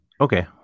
Okay